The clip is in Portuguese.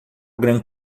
grand